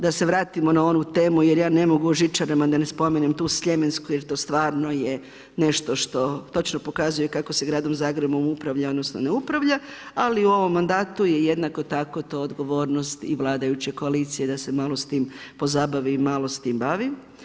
Da se vratimo na onu temu jer ja ne mogu o žičarama da spomenem tu sljemensku jer to stvarno je nešto što točno pokazuje kako se gradom Zagrebom upravlja odnosno ne upravlja, ali u ovom mandatu je jednako tako to odgovornost i vladajuće koalicije da se malo s time pozabavi i malo s tim bavi.